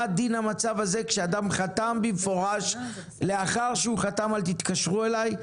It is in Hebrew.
מה דין המצב הזה כשאדם חתם במפורש לאחר שהוא חתם "אל תתקשרו אליי",